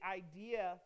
idea